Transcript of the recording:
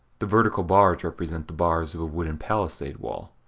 the vertical bars represent the bars of a wooden palisade wall.